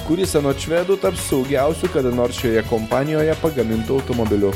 kuris anot švedų taps saugiausiu kada nors šioje kompanijoje pagamintu automobiliu